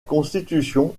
constitution